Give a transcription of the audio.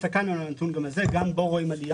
הסתכלנו על הנתון וגם בו רואים עלייה.